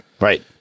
right